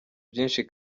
byinshi